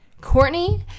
Courtney